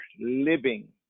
living